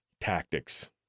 tactics